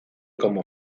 como